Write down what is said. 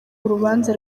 urubanza